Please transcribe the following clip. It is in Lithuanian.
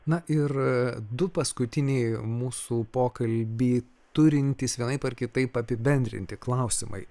na ir du paskutiniai mūsų pokalbį turintys vienaip ar kitaip apibendrinti klausimai